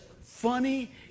funny